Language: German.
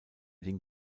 den